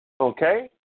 okay